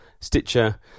Stitcher